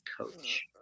coach